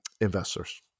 investors